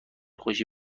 خوشی